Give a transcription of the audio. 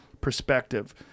perspective